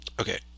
Okay